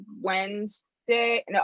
Wednesday